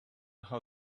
how